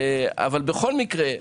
בכל מקרה,